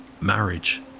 marriage